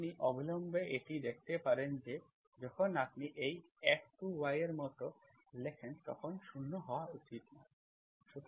আপনি অবিলম্বে এটি দেখতে পারেন যে যখন আপনি এই f2y এর মতো লেখেন তখন 0 হওয়া উচিত নয়